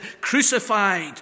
crucified